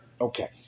Okay